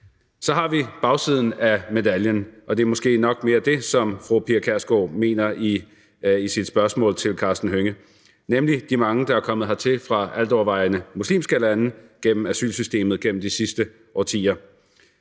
Så har vi bagsiden af medaljen, og det er måske nok mere det, fru Pia Kjærsgaard mener med sit spørgsmål til hr. Karsten Hønge, nemlig de mange, der er kommet hertil fra altovervejende muslimske lande gennem asylsystemet gennem de sidste årtier